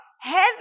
heavy